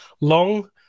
long